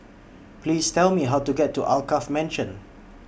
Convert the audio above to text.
Please Tell Me How to get to Alkaff Mansion